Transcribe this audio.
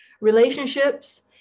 relationships